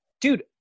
dude